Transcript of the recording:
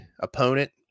opponent